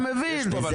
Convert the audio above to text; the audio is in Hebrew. תרומות, אתה מבין?